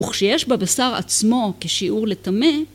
‫וכשיש בבשר עצמו כשיעור לטמא,